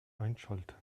einschalten